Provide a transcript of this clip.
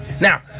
Now